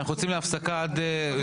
אני לא רוצה להפוך את זה להצעת חוק תקציבית,